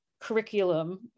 curriculum